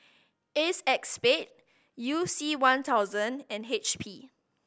Acexspade You C One thousand and H P